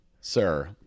sir